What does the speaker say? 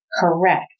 Correct